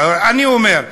אני אומר.